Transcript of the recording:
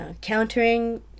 countering